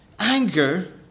Anger